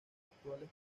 actuales